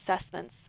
assessments